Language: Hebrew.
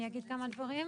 כמה דברים.